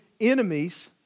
enemies